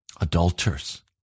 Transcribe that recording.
Adulterers